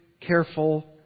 careful